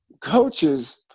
coaches